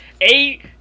eight